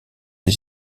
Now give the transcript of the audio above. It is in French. des